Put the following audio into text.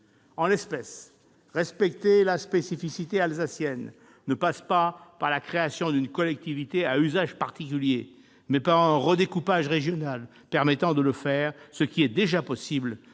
En l'espèce, respecter la spécificité alsacienne passe non pas par la création d'une collectivité à usage particulier, mais par un redécoupage régional permettant de garantir un tel respect, ce qui est déjà possible